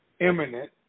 imminent